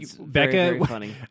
becca